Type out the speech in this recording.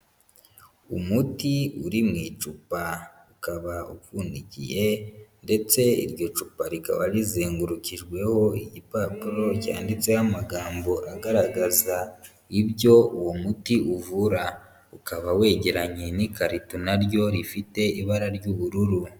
Umuti uri mu icupa ukaba upfundikiye ndetse iryo cupa rikaba rizengurukijweho igipapuro cyanditseho amagambo agaragaza ibyo uwo muti uvura, ukaba wegeranye n'ikarito na ryo rifite ibara ry'ubururu.